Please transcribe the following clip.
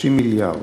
30 מיליארד.